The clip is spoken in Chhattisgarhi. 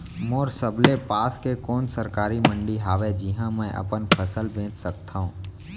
मोर सबले पास के कोन सरकारी मंडी हावे जिहां मैं अपन फसल बेच सकथव?